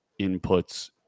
inputs